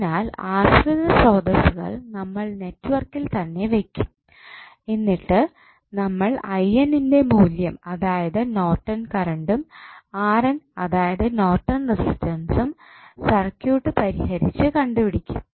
അതിനാൽ ആശ്രിത സ്രോതസ്സുകൾ നമ്മൾ നെറ്റ്വർക്കിൽ തന്നെ വെക്കും എന്നിട്ട് നമ്മൾ ൻ്റെ മൂല്യം അതായത് നോർട്ടൺ കറണ്ടും അതായത് നോർട്ടൺ റെസിസ്റ്റൻസും സർക്യൂട്ട് പരിഹരിച്ച് കണ്ടുപിടിക്കും